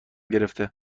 گرفته